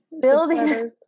building